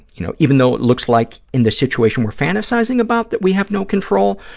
you know, even though it looks like in the situation we're fantasizing about that we have no control,